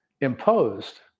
imposed